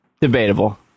Debatable